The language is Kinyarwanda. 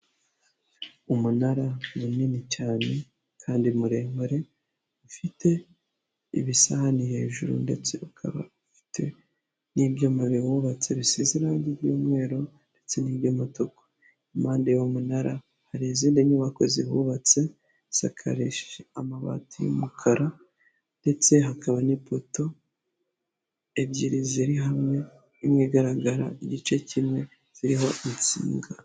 Umunara munini cyane kandi muremure, ufite ibisahani hejuru ndetse ukaba ufite n'ibyuma biwubatse bisize irangi ry'umweru ndetse n'iry'umutuku. Impande y'uwo munara hari izindi nyubako zihubatse, zisakarishije amabati y'umukara ndetse hakaba n'ipoto ebyiri ziri hamwe, imwe igaragara igice kimwe, ziriho insinga.